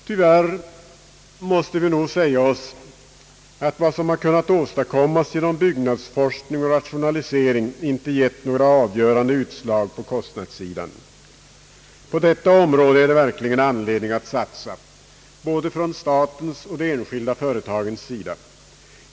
Tyvärr måste vi nog säga oss att vad som har kunnat åstadkommas genom byggnadsforskning och rationalisering inte givit några avgörande utslag på kostnadssidan. På detta område finns det verkligen anledning att satsa både från statens och från de enskilda företagens sida.